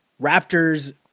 Raptors